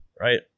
right